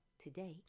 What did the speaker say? Today